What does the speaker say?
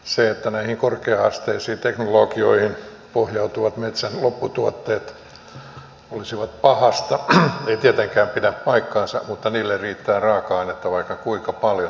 se että näihin korkea asteisiin teknologioihin pohjautuvat metsän lopputuotteet olisivat pahasta ei tietenkään pidä paikkaansa mutta niille riittää raaka ainetta vaikka kuinka paljon